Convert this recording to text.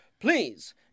Please